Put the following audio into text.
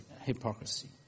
hypocrisy